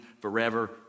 forever